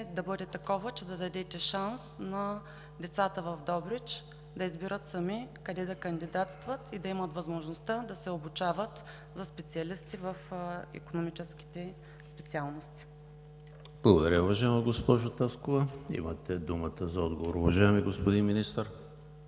да бъде такова, че да дадете шанс на децата в Добрич да избират сами къде да кандидатстват и да имат възможността да се обучават за специалисти в икономическите специалности. ПРЕДСЕДАТЕЛ ЕМИЛ ХРИСТОВ: Благодаря, уважаема госпожо Таскова. Имате думата за отговор, уважаеми господин Министър.